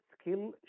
skill